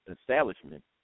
establishment